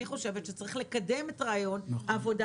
אני חושבת שצריך לקדם את רעיון העבודה